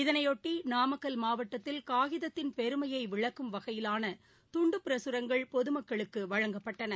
இதனையொட்டுநாமக்கல் மாவட்டத்தில் காகிதத்தின் பெருமையைவிளக்கும் வகையிலானதுண்டுபிரசுரங்கள் பொதுமக்களுக்குவழங்கப்பட்டன